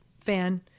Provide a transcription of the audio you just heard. fan